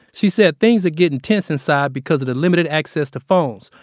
she said, things are getting tense inside because of the limited access to phones.